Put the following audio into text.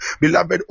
beloved